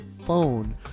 phone